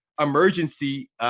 emergency